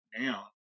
now